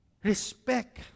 respect